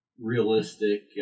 realistic